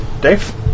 Dave